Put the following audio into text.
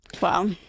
Wow